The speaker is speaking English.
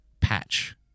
patch